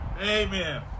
amen